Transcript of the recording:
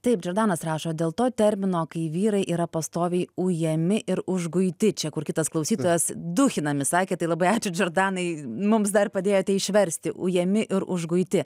taip džordanas rašo dėl to termino kai vyrai yra pastoviai ujami ir užguiti čia kur kitas klausytojas dūchinami sakė tai labai ačiū džordanai mums dar padėjote išversti ujami ir užguiti